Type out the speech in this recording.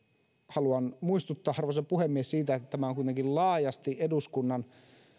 haluan muistuttaa arvoisa puhemies että tämä on kuitenkin eduskunnan